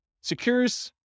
secures